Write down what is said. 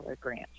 grant